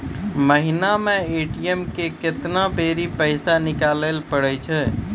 महिना मे ए.टी.एम से केतना बेरी पैसा निकालैल पारै छिये